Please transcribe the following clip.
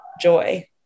joy